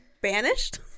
banished